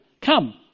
Come